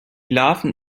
larven